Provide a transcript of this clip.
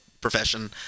profession